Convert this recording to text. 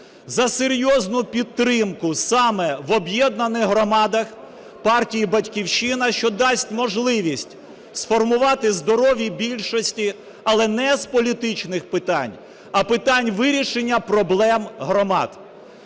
за серйозну підтримку саме в об'єднаних громадах партії "Батьківщина", що дасть можливість сформувати здоровій більшості, але не з політичних питань, а питань вирішення проблем громад.